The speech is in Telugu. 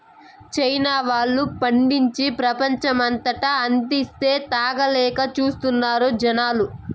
చైనా వోల్లు పండించి, ప్రపంచమంతటా అంటిస్తే, తాగలేక చస్తున్నారు జనాలు